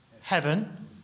heaven